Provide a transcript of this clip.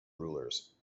rulers